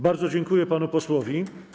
Bardzo dziękuję panu posłowi.